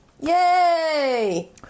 Yay